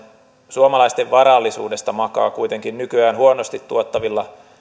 suomalaisten varallisuudesta makaa kuitenkin nykyään huonosti tuottavilla